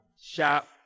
Shop